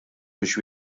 biex